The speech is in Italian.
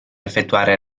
effettuare